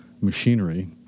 machinery